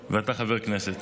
ואתה חבר כנסת.